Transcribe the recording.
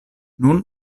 nun